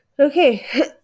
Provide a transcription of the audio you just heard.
Okay